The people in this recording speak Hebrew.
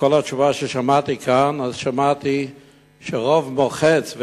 בכל התשובה ששמעתי כאן לא שמעתי שרוב מוחץ,